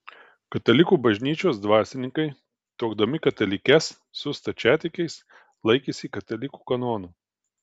katalikų bažnyčios dvasininkai tuokdami katalikes su stačiatikiais laikėsi katalikų kanonų